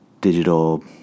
digital